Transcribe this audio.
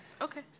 Okay